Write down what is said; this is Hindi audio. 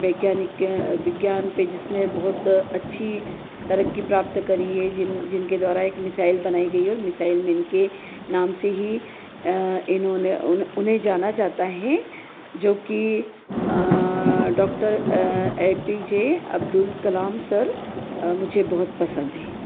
वैज्ञानिक विज्ञान पे जिसने बहुत अच्छी तरक्की प्राप्त करी है जिन जिनके द्वारा एक मिसाइल बनाई गई है और मिसाइल मैन के नाम से ही इन्होंने उन उन्हें जाना जाता हैं जो की doctor A P J Abdul Kalam sir मुझे बहुत पसंद है